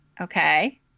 okay